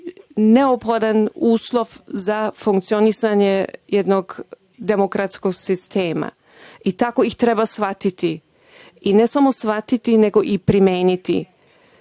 neophodan uslov za funkcionisanje jednog demokratskog sistema i tako ih treba shvatiti, i ne samo shvatiti nego i primeniti.